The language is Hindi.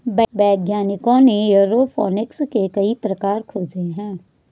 वैज्ञानिकों ने एयरोफोनिक्स के कई प्रकार खोजे हैं